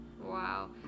Wow